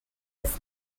his